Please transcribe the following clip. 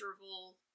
interval